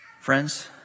Friends